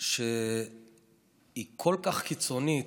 שהיא כל כך קיצונית,